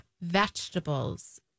vegetables